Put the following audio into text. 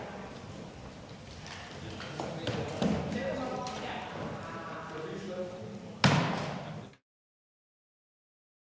Tak